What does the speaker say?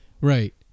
Right